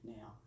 Now